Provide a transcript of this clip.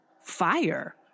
fire